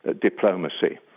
diplomacy